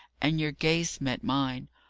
and your gaze met mine.